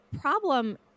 problem